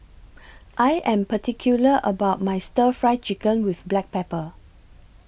I Am particular about My Stir Fry Chicken with Black Pepper